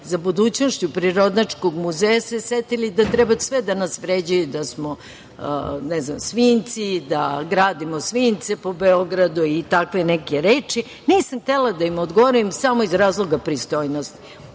za budućnošću Prirodnjačkog muzeja se setili da treba sve da nas vređaju da smo, ne znam, svinjci, da gradimo svinjce po Beogradu i takve neke reči. Nisam htela da im odgovorim samo iz razloga pristojnosti.